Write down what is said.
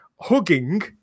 hugging